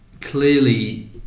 clearly